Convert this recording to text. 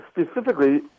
specifically